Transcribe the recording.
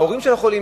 שההורים של החולים,